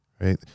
right